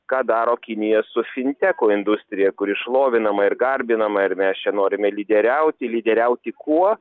ką daro kinija su finteko industrija kuri šlovinama ir garbinama ir mes čia norime lyderiauti lyderiauti kuo